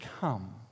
come